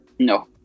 No